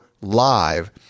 live